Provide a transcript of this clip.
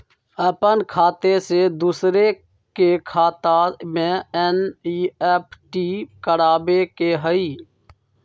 अपन खाते से दूसरा के खाता में एन.ई.एफ.टी करवावे के हई?